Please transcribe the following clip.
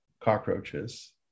cockroaches